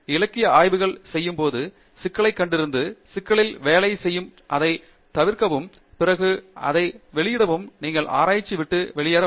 நீங்கள் இலக்கிய ஆய்வு செய்யும்போது சிக்கலைக் கண்டறிந்து சிக்கலில் வேலைசெய்து அதைத் தீர்க்கவும் பிறகு அதை வெளியிடவும் நீங்கள் வெளியேறவும்